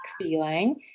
feeling